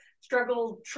struggled